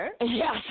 Yes